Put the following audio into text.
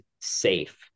safe